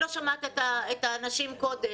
מאי-יוני לאותם עצמאים ופרילנסרים קטנים.